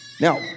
now